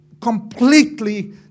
completely